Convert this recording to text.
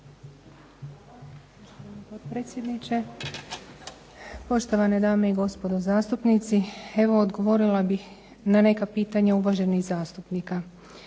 hvala vam.